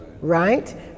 right